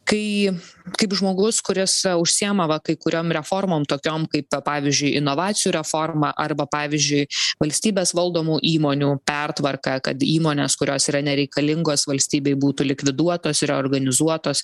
kai kaip žmogus kuris užsiima va kai kuriom reformom tokiom kaip ta pavyzdžiui inovacijų reforma arba pavyzdžiui valstybės valdomų įmonių pertvarka kad įmonės kurios yra nereikalingos valstybei būtų likviduotos reorganizuotos